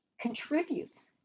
contributes